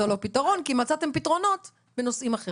לו פתרון כי מצאתם פתרונות בנושאים אחרים.